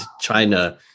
China